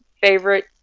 favorite